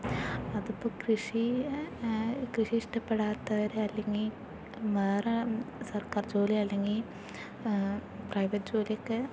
അതിപ്പോൾ കൃഷി കൃഷി ഇഷ്ടപ്പെടാത്തവർ അല്ലെങ്കിൽ വേറെ സർക്കാർ ജോലി അല്ലെങ്കിൽ പ്രൈവറ്റ് ജോലിയൊക്കെ